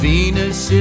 Venus